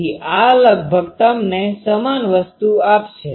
તેથી આ લગભગ તમને સમાન વસ્તુ આપશે